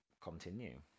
continue